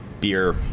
beer